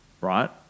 right